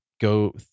go